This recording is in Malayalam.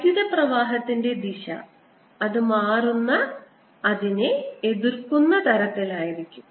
വൈദ്യുത പ്രവാഹത്തിന്റെ ദിശ അത് മാറുന്നതിനെ എതിർക്കുന്ന തരത്തിലായിരിക്കും